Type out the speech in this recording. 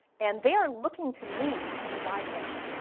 and they are looking to me to provide that.